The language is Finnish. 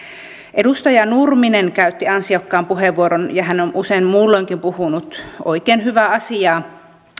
edustaja nurminen käytti ansiokkaan puheenvuoron ja hän on usein muulloinkin puhunut oikein hyvää asiaa